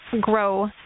grow